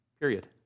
Period